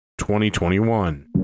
2021